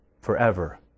forever